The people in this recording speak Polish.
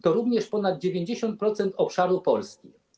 To również ponad 90% obszaru Polski.